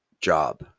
job